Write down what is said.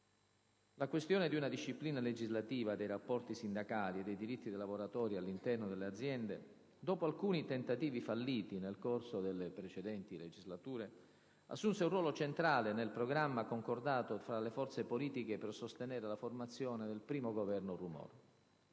La questione di una disciplina legislativa dei rapporti sindacali e dei diritti dei lavoratori all'interno delle aziende, dopo alcuni tentativi falliti nel corso delle precedenti legislature, assunse un ruolo centrale nel programma concordato fra le forze politiche per sostenere la formazione del primo Governo Rumor.